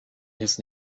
his